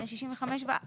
בני 65 ומעלה,